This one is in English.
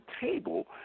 table